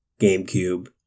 GameCube